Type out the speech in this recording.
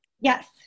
Yes